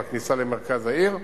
בכניסה למרכז העיר,